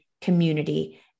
community